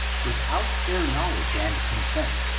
without their knowledge and consent,